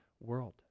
world